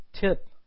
tip